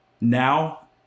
Now